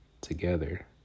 together